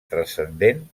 transcendent